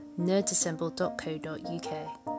nerdassemble.co.uk